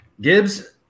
Gibbs